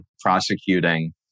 prosecuting